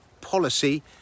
policy